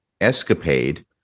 escapade